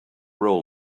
role